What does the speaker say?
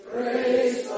Praise